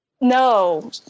No